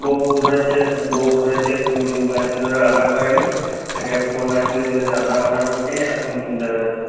বউ ধরেছে বউ ধরেছে দুদিন পাঁচ দিন ধরে রান্না করেনি তাকে ফোন না কিনে দিলে সে রান্না বান্না করছে না একটা ফোন কিনে দিতে হবে তার জন্য